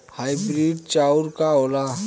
Hybrid चाउर का होला?